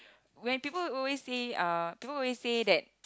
when people always say uh people always say that